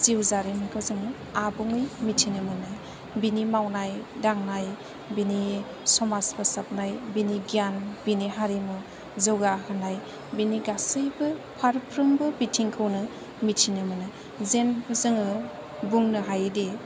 जिउ जारिमिनखौ जोङो आबुङै मिथिनो मोनो बिनि मावनाय दांनाय बिनि समाज फोसाबनाय बिनि गियान बिनि हारिमु जौगाहोनाय बिनि गासैबो फारफ्रोमबो बिथिंखौनो मिथिनो मोनो जेन जोङो बुंनो हायोदि